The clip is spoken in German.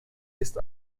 ist